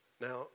Now